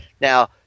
Now